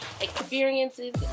experiences